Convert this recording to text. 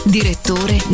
Direttore